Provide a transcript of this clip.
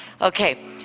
Okay